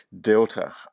Delta